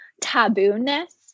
taboo-ness